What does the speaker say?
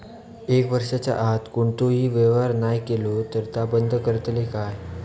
एक वर्षाच्या आत कोणतोही व्यवहार नाय केलो तर ता बंद करतले काय?